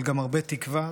אבל גם הרבה תקווה